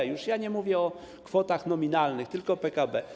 Ja już nie mówię o kwotach nominalnych, tylko o PKB.